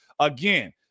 Again